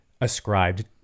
ascribed